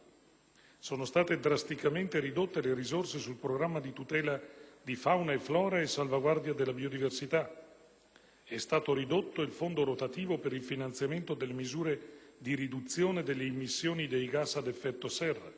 sono state drasticamente ridotte le risorse sul programma di tutela di fauna e flora e salvaguardia della biodiversità; è stato ridotto il fondo rotativo per il finanziamento delle misure di riduzione delle immissioni dei gas ad effetto serra;